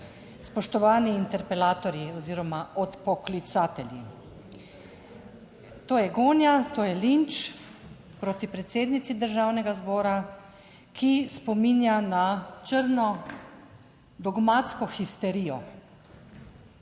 Spoštovani interpelatorji oziroma odpoklicatelji, to je gonja, to je linč proti predsednici Državnega zbora, ki spominja na črno dogmatsko histerijo